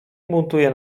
buntuje